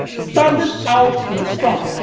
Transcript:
standing out in the sun,